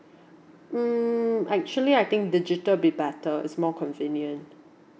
mm actually I think digital be better it's more convenient